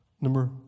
Number